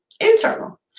internal